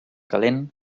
calent